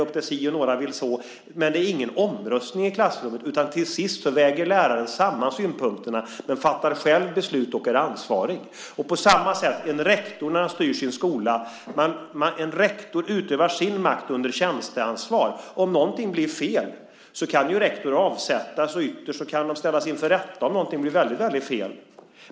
Men det sker ingen omröstning i klassrummet, utan till sist väger läraren samman synpunkterna men fattar själv beslut och är ansvarig. På samma sätt är det med en rektor som styr sin skola. En rektor utövar sin makt under tjänsteansvar. Om något blir fel kan ju en rektor avsättas och ytterst ställas inför rätta om något blir väldigt fel.